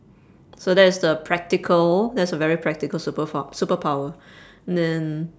so that's the practical that's a very practical super fo~ super power then